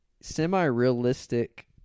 semi-realistic